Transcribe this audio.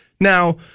Now